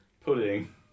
pudding